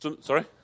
sorry